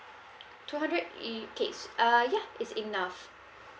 two hundred in case uh ya it's enough